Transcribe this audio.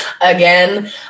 Again